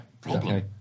problem